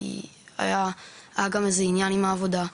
כי היה גם איזה עניין עם העבודה.